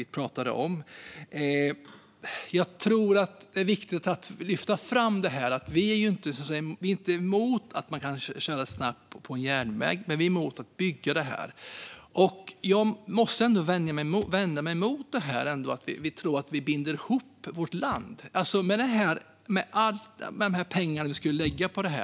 Jag tror att det är viktigt att lyfta fram att vi inte är emot att man kan köra snabbt på järnväg, men vi är emot att bygga detta. Jag måste ändå vända mig emot tron på att vi binder ihop vårt land, med alla dessa pengar som vi då skulle lägga på detta.